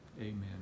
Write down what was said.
Amen